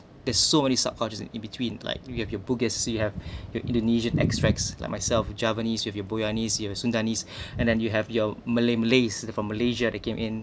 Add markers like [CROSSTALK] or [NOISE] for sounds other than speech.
there are so many sub culture that in between like you have your bugis you have [BREATH] your indonesian extracts like myself javanese you have boyanese you have sundanese [BREATH] and then you have your malay malays from malaysia that came in